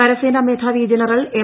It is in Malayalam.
കരസേനാ മേധാവി ജനറൽ എം